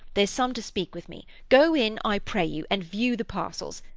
there's some to speak with me. go in, i pray you, and view the parcels.